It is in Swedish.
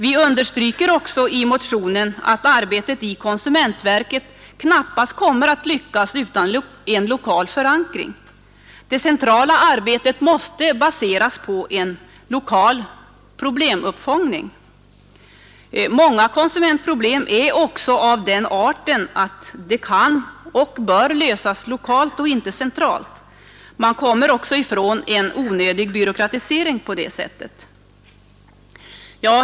Vi understryker också i motionen att arbetet i konsumentverket knappast kommer att lyckas utan en lokal förankring. Det centrala arbetet måste baseras på en lokal problemuppfångning. Många konsumentproblem är också av den arten att de kan och bör lösas lokalt och inte centralt. Man kommer också ifrån en onödig byråkratisering på det sättet.